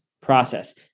process